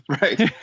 right